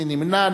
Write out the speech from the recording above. מי נמנע.